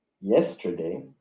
Yesterday